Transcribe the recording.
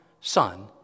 Son